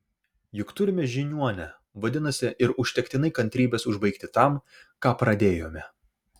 juk turime žiniuonę vadinasi ir užtektinai kantrybės užbaigti tam ką pradėjome